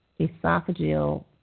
esophageal